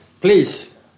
please